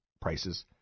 prices